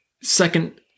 second